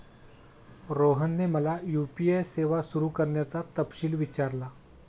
रोहनने मला यू.पी.आय सेवा सुरू करण्याचा तपशील विचारला